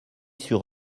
sur